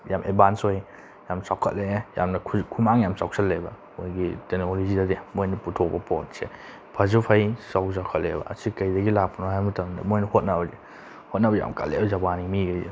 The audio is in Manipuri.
ꯌꯥꯝ ꯑꯦꯠꯚꯥꯟꯁ ꯑꯣꯏ ꯌꯥꯝ ꯆꯥꯎꯈꯠꯂꯛꯑꯦ ꯌꯥꯝꯅ ꯈꯨꯃꯥꯡ ꯌꯥꯝ ꯆꯥꯎꯁꯜꯂꯦꯕ ꯃꯣꯏꯒꯤ ꯇꯦꯛꯅꯣꯂꯣꯖꯤꯗꯗꯤ ꯃꯣꯏꯅ ꯄꯨꯊꯣꯛꯄ ꯄꯣꯠꯁꯦ ꯐꯁꯨ ꯐꯩ ꯆꯥꯎꯁꯨ ꯆꯥꯎꯈꯠꯂꯦꯕ ꯑꯁꯤ ꯀꯩꯗꯒꯤ ꯂꯥꯛꯄꯅꯣ ꯍꯥꯏꯕ ꯃꯇꯝꯗ ꯃꯣꯏꯅ ꯍꯣꯠꯅꯕꯁꯦ ꯍꯣꯠꯅꯕ ꯌꯥꯝ ꯀꯜꯂꯦꯕ ꯖꯄꯥꯟꯒꯤ ꯃꯤꯈꯩꯁꯦ